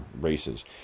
races